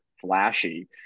flashy